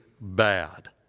bad